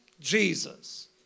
Jesus